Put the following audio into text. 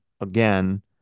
again